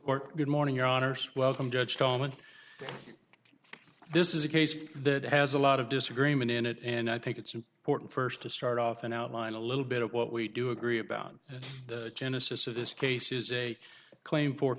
or good morning your honor sir welcome judge coleman this is a case that has a lot of disagreement in it and i think it's important first to start off and outline a little bit of what we do agree about the genesis of this case is a claim for